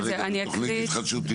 רגע תוכנית להתחדשות עירוני.